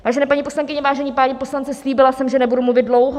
Vážené paní poslankyně, vážení páni poslanci, slíbila jsem, že nebudu mluvit dlouho.